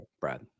Brad